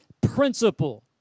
principle